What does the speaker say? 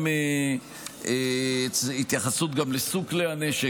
אם צריך גם התייחסות לסוג כלי הנשק.